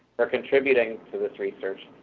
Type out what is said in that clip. for contributing to this research,